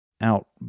out